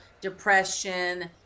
depression